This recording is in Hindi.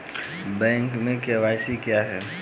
बैंक में के.वाई.सी क्या है?